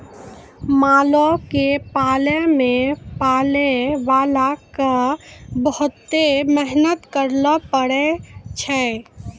मालो क पालै मे पालैबाला क बहुते मेहनत करैले पड़ै छै